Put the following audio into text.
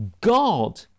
God